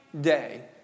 day